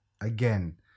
again